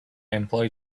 employed